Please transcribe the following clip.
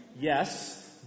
Yes